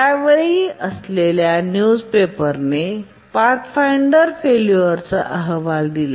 त्यावेळी असलेल्या news paper ने पाथफाईंडर फैलूअरचा अहवाल दिला